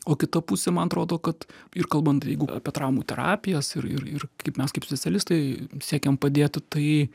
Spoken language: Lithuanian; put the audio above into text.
o kita pusė man atrodo kad ir kalbant jeigu apie traumų terapijas ir ir ir kaip mes kaip specialistai siekiam padėti tai